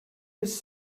his